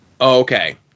okay